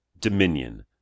Dominion